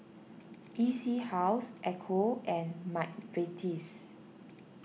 E C House Ecco and Mcvitie's